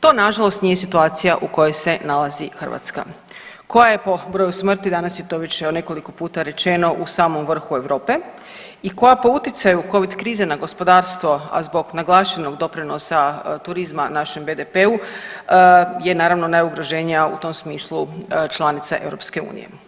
To nažalost nije situacija u kojoj se nalazi Hrvatska koja je po broju smrti, danas je to već nekoliko puta rečeno u samom vrhu Europe i koja po utjecaju covid krize na gospodarstvo, a zbog naglašenog doprinosa turizma našem BDP-u je naravno najugroženija u tom smislu članica EU.